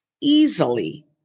easily